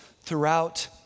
throughout